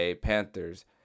Panthers